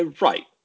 Right